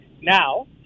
Now